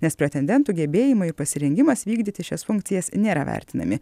nes pretendentų gebėjimai jų pasirengimas vykdyti šias funkcijas nėra vertinami